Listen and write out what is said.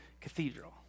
Cathedral